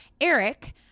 Eric